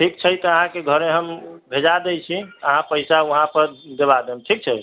ठीक छै तऽ अहाँके घरे हम भेजा दै छी अहाँ पैसा वहाँ पे देबा देम ठीक छै